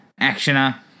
actioner